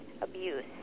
abuse